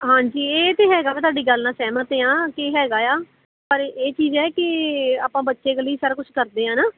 ਹਾਂਜੀ ਇਹ ਤਾਂ ਹੈਗਾ ਮੈਂ ਤੁਹਾਡੀ ਗੱਲ ਨਾਲ ਸਹਿਮਤ ਆ ਕਿ ਹੈਗਾ ਆ ਪਰ ਇਹ ਚੀਜ਼ ਹੈ ਕਿ ਆਪਾਂ ਬੱਚੇ ਦੇ ਲਈ ਸਾਰਾ ਕੁਛ ਕਰਦੇ ਆ ਨਾ